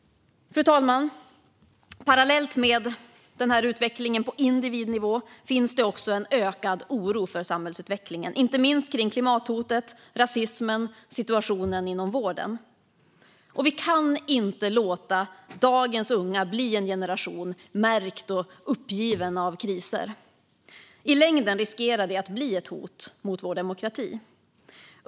Fru talman! Parallellt med utvecklingen på individnivå finns också en ökad oro för samhällsutvecklingen, inte minst för klimathotet, rasismen och situationen inom vården. Vi kan inte låta dagens unga bli en generation märkt och uppgiven av kriser. I längden riskerar det att bli ett hot mot vår demokrati.